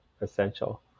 essential